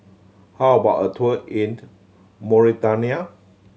how about a tour in Mauritania